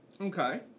Okay